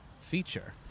feature